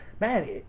Man